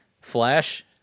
Flash